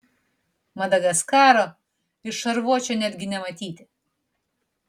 madagaskaro iš šarvuočio netgi nematyti